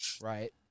Right